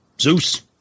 Zeus